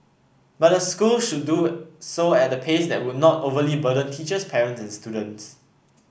but the school should do so at a pace that would not overly burden teachers parents and students